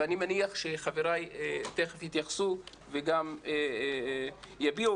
ואני מניח שחבריי תיכף יתייחסו וגם יביעו